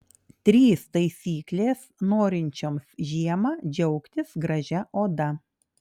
trys taisyklės norinčioms žiemą džiaugtis gražia oda